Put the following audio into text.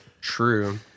True